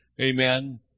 Amen